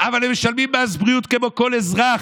אבל הם משלמים מס בריאות כמו כל אזרח.